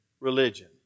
religion